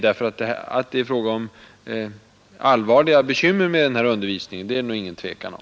Att det föreligger allvarliga bekymmer med denna undervisning råder det inget tvivel om.